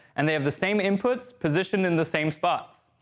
and they have the same inputs positioned in the same spots.